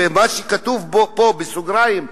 ומה שכתוב פה בסוגריים,